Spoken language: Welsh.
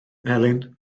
elin